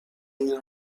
این